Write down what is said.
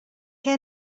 què